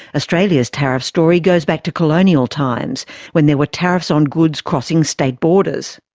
australia's tariff story goes back to colonial times when there were tariffs on goods crossing state borders.